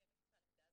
לקיים את אותה למידה.